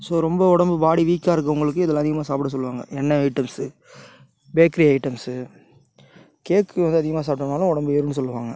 so ரொம்ப உடம்பு body வீக்காக இருக்ககிறவங்களுக்கு இதெல்லாம் அதிகமாக சாப்பிட சொல்லுவாங்க எண்ணெய் ஐட்டம்ஸு பேக்கரி ஐட்டம்ஸு கேக்கு வந்து அதிகமாக சாப்பிட்டோனாலும் உடம்பு ஏறுன்னு சொல்லுவாங்க